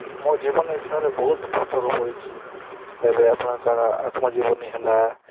ମୋ ଜୀବନ୍ରେ ସାର୍ ବହୁତ୍ ପୁସ୍ତକ ପଢ଼ିଛି ଏବେ ଆପଣଙ୍କର ଆତ୍ମଜୀବନୀ ହେଲା